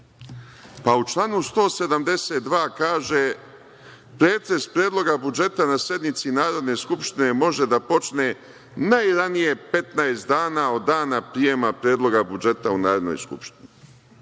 pa u članu 172. kaže – pretres Predloga budžeta na sednici Narodne skupštine može da počne najranije 15 dana od dana prijema Predloga budžeta u Narodnoj skupštini.